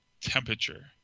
temperature